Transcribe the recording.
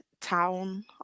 town